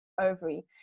ovary